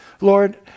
Lord